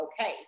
okay